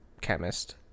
chemist